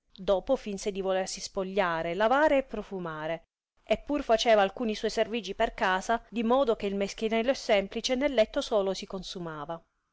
dopo finse di volersi spogliare lavare e profumare e pur faceva alcuni suoi servigi per casa di modo che il meschinello e semplice nel letto solo si consumava